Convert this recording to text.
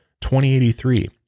2083